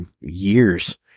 years